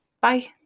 Bye